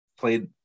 Played